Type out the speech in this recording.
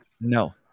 No